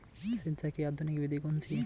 सिंचाई की आधुनिक विधि कौनसी हैं?